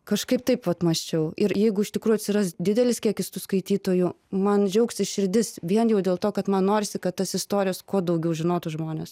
kažkaip taip vat mąsčiau ir jeigu iš tikrųjų atsiras didelis kiekis tų skaitytojų man džiaugsis širdis vien jau dėl to kad man norisi kad tas istorijas kuo daugiau žinotų žmonės